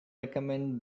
recommend